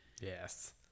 Yes